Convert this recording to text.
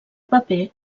paper